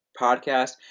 podcast